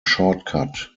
shortcut